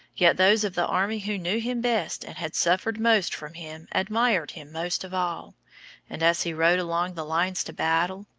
yet those of the army who knew him best and had suffered most from him admired him most of all and as he rode along the lines to battle,